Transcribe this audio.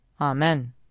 Amen